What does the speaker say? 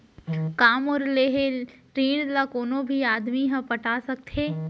का मोर लेहे ऋण ला कोनो भी आदमी ह पटा सकथव हे?